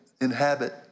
inhabit